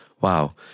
Wow